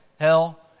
hell